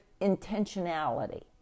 intentionality